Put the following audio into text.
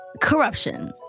corruption